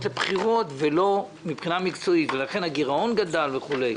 לבחירות ולא מבחינה מקצועית ולכן הגירעון גדל וכולי,